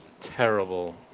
Terrible